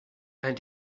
and